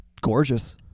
gorgeous